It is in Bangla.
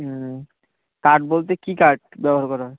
হুম কার্ড বলতে কী কার্ড ব্যবহার করা হয়